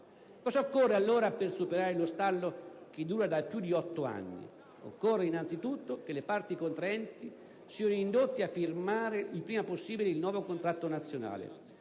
cosa occorre per superare lo stallo che dura ormai da più di otto anni? Occorre innanzitutto che le parti contraenti siano indotte a firmare il prima possibile il nuovo contratto nazionale